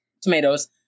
tomatoes